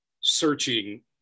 searching